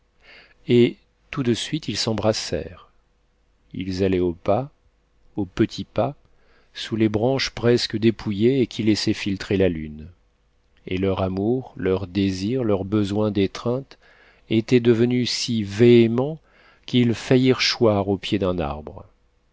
et tout de suite ils s'embrassèrent ils allaient au pas au petit pas sous les branches presque dépouillées et qui laissaient filtrer la lune et leur amour leurs désirs leur besoin d'étreinte étaient devenus si véhéments qu'ils faillirent choir au pied d'un arbre